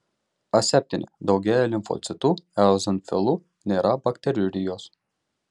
aseptinė daugėja limfocitų eozinofilų nėra bakteriurijos